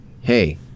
hey